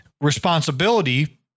responsibility